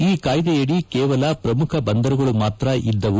ಈ ಕಾಯ್ಲೆಯಡಿ ಕೇವಲ ಪ್ರಮುಖ ಬಂದರುಗಳು ಮಾತ್ರ ಇದ್ದವು